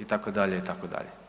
itd., itd.